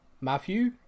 Matthew